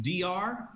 DR